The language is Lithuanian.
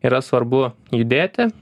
yra svarbu judėti